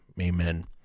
Amen